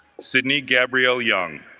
sidney gabrielle young